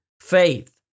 faith